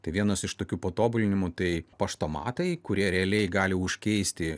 tai vienas iš tokių patobulinimų tai paštomatai kurie realiai gali užkeisti